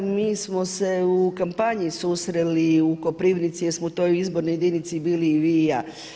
Mi smo se u kampanji susreli i u Koprivnici jer smo u toj izbornoj jedinici bili i vi i ja.